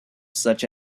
such